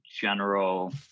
general